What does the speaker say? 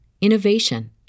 innovation